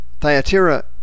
Thyatira